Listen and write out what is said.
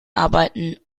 arbeiten